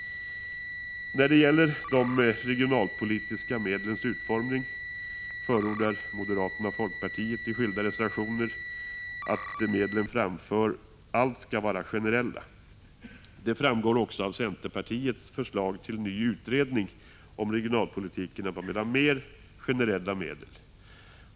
När det gäller de regionalpolitiska medlens utformning förordar moderaterna och folkpartiet i skilda reservationer att medlen framför allt skall vara generella. Det framgår också av centerpartiets förslag till ny utredning om regionalpolitiken att man vill ha mer generella medel.